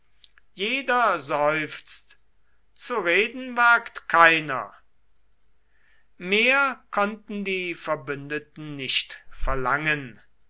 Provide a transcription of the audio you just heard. jeder seufzt zu reden wagt keiner mehr konnten die verbündeten nicht verlangen